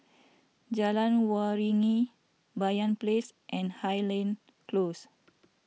Jalan Waringin Banyan Place and Highland Close